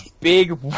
big